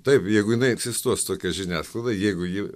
taip jeigu jinai apsistos tokia žiniasklaida jeigu ji